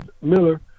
Miller